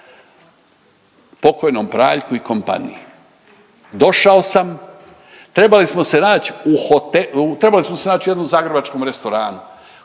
pokojnom Praljku i kompaniji. Došao sam, trebali smo se naći u jednom zagrebačkom restoranu.